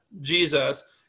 Jesus